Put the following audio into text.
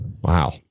wow